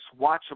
watchable